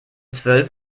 zwölf